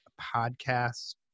podcast